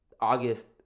August